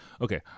Okay